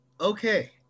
Okay